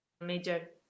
major